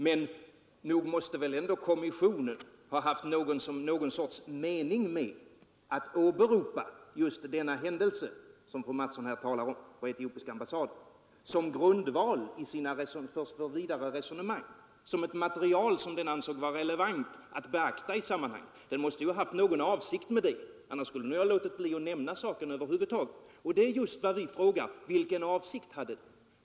Men nog måste väl ändå kommissionen haft någon sorts mening med att åberopa just denna händelse, som fröken Mattson talar om, på etiopiska ambassaden — som grundval för sina vidare resonemang, som ett material man ansåg relevant att beakta i sammanhanget. Man måste haft någon avsikt med det. Annars skulle man ha låtit bli att nämna saken över huvud taget. Och det är just vad vi frågar, vilken avsikt hade man?